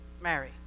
Mary